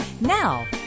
Now